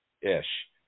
ish